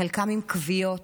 חלקם עם כוויות.